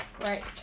Right